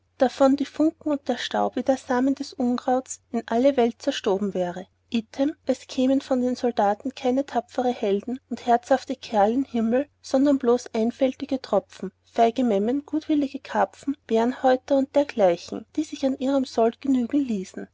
davon die funken und der staub wie der samen eines unkrauts in alle welt zerstoben wäre item es kämen von den soldaten keine tapfere helden und herzhafte kerl in himmel sondern bloß einfältige tropfen feige memmen gutwillige krapfen bärnhäuter und dergleichen die sich an ihrem sold genügen ließen